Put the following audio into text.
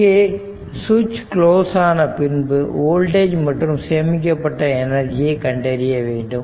இங்கே சுவிட்ச் குளோஸ் ஆன பின்பு வோல்டேஜ் மற்றும் சேமிக்கப்பட்ட எனர்ஜியை கண்டறிய வேண்டும்